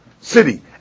city